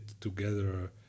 together